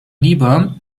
lieber